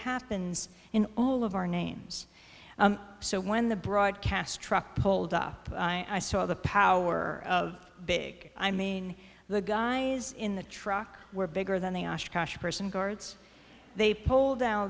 happens in all of our names so when the broadcast truck pulled up i saw the power of big i mean the guy in the truck were bigger than the osh kosh person guards they pulled